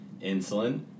Insulin